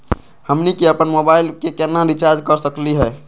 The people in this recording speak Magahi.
हमनी के अपन मोबाइल के केना रिचार्ज कर सकली हे?